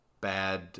Bad